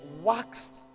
waxed